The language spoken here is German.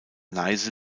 neiße